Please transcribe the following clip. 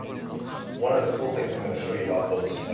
one of the cool things i'm gonna show you about those,